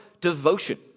devotion